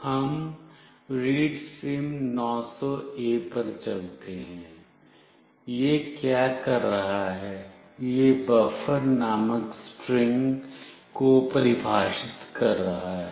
हम readsim900A पर चलते हैं यह क्या कर रहा है यह बफर नामक स्ट्रिंग को परिभाषित कर रहा है